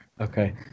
okay